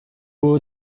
beau